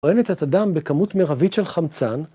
טוענת את הדם ‫בכמות מרבית של חמצן.